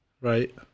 right